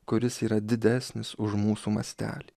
kuris yra didesnis už mūsų mastelį